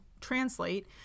translate